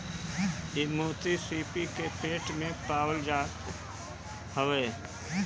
इ मोती सीपी के पेट में पावल जात हवे